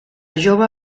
jove